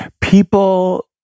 people